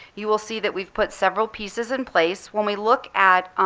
you will see that we've put several pieces in place. when we look at